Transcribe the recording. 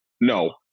No